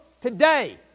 today